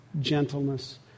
gentleness